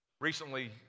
Recently